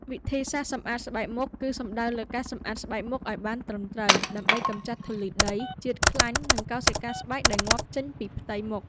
វិធីសាស្ត្រសម្អាតស្បែកមុខ គឺសំដៅលើការសម្អាតស្បែកមុខឱ្យបានត្រឹមត្រូវ ដើម្បីកម្ចាត់ធូលីដី ជាតិខ្លាញ់ និងកោសិកាស្បែកដែលងាប់ចេញពីផ្ទៃមុខ។